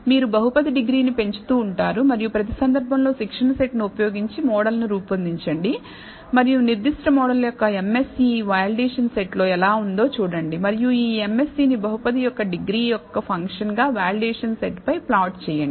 మీరు బహుపది డిగ్రీని పెంచుతూ ఉంటారు మరియు ప్రతి సందర్భంలో శిక్షణ సెట్ ను ఉపయోగించి మోడల్ ను రూపొందించండి మరియు నిర్దిష్ట మోడల్ యొక్క MSE వాలిడేషన్ సెట్ లో ఎలా ఉందో చూడండి మరియు ఈ MSE ని బహుపది యొక్క డిగ్రీ యొక్క ఫంక్షన్ గా వాలిడేషన్ సెట్ పై ప్లాట్ చేయండి